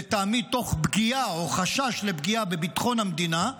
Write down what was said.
לטעמי תוך פגיעה או חשש לפגיעה בביטחון המדינה,